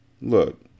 Look